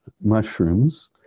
mushrooms